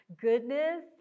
goodness